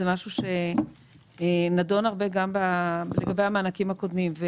זה נושא שנדון הרבה גם לגבי המענקים הקודמים.